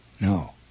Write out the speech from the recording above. No